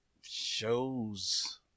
shows